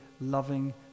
loving